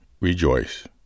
rejoice